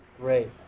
Great